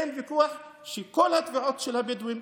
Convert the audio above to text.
אין ויכוח שכל התביעות של הבדואים,